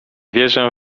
wierzę